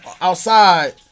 outside